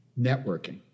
Networking